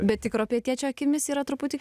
bet tikro pietiečio akimis yra truputį